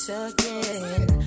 again